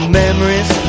memories